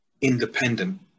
independent